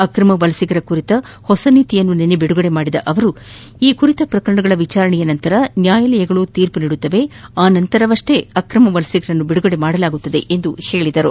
ಅಕ್ರಮ ವಲಸಿಗರ ಕುರಿತ ಹೊಸ ನೀತಿಯನ್ನು ನಿನ್ನೆ ಬಿಡುಗಡೆ ಮಾಡಿದ ಅವರು ಈ ಕುರಿತ ಪ್ರಕರಣಗಳ ವಿಚಾರಣೆ ನಂತರ ನ್ಯಾಯಾಲಯಗಳು ತೀರ್ಪು ನೀಡಿದ ನಂತರವಷ್ಟೇ ಅಕ್ರಮ ವಲಸಿಗರನ್ನು ಬಿಡುಗಡೆ ಮಾಡಲಾಗುವುದು ಎಂದು ಹೇಳಿದ್ದಾರೆ